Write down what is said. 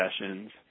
sessions